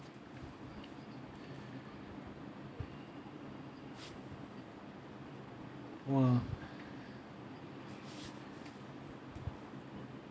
!wah!